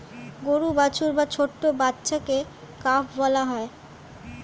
গরুর বাছুর বা ছোট্ট বাচ্ছাকে কাফ বলা হয়